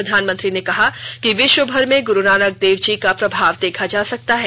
प्रधानमंत्री ने कहा कि विश्वभर में गुरु नानकदेव जी का प्रभाव देखा जा सकता है